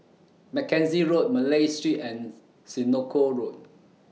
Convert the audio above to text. Mackenzie Road Malay Street and Senoko Road